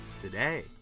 today